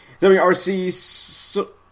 WRC